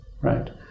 Right